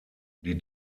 die